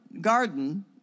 garden